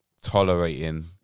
tolerating